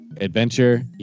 adventure